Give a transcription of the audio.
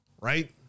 right